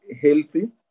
healthy